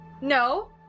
No